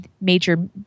major